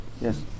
yes